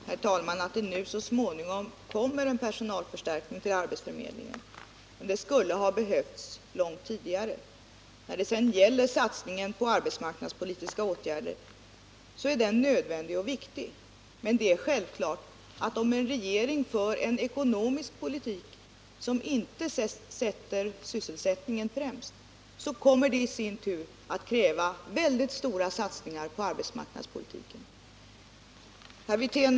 Herr talman! Det är naturligtvis bra att det nu så småningom blir en personalförstärkning vid arbetsförmedlingen, men det skulle ha behövts långt tidigare. När det sedan gäller satsningen på arbetsmarknadspolitiska åtgärder är denna nödvändig, men det är självklart, att om en regering för en ekonomisk politik som inte sätter sysselsättningen främst, kommer detta i sin tur att kräva mycket stora satsningar på arbetsmarknadspolitiken. Herr Wirtén!